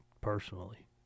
personally